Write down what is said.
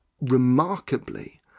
remarkably